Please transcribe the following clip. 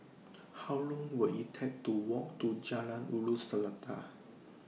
How Long Will IT Take to Walk to Jalan Ulu Seletar